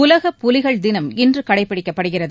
உலக புலிகள் தினம் இன்று கடைப்பிடிக்கப்படுகிறது